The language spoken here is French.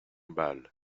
bal